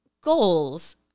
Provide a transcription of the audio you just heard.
goals